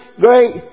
great